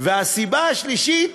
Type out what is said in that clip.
והסיבה השלישית,